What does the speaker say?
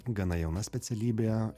gana jauna specialybė